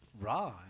raw